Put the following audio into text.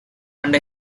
and